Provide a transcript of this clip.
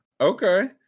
okay